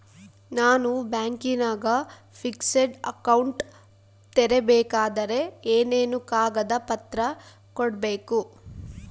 ನಾನು ಬ್ಯಾಂಕಿನಾಗ fixed account ತೆರಿಬೇಕಾದರೆ ಏನೇನು ಕಾಗದ ಪತ್ರ ಕೊಡ್ಬೇಕು?